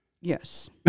Yes